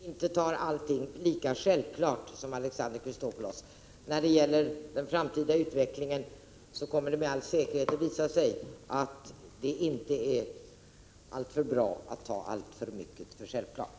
Herr talman! Skillnaden är kanske att vi reservanter inte tar allting för självklart i samma utsträckning som Alexander Chrisopoulos. Den framtida utvecklingen kommer med all säkerhet att visa att det inte är alltför bra att ta alltför mycket för självklart.